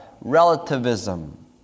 Relativism